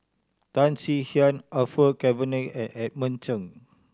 Tan Swie Hian Orfeur Cavenagh and Edmund Cheng